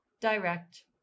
direct